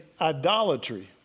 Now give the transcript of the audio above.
idolatry